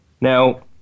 Now